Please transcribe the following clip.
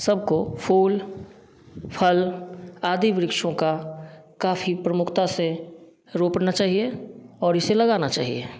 सबको फूल फल आदि वृक्षों का काफ़ी प्रमुखता से रोपना चाहिए और इसे लगाना चाहिए